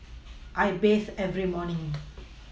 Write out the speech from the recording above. I bathe every morning